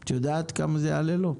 את יודעת כמה זה יעלה לו?